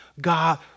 God